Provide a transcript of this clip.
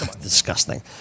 Disgusting